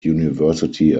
university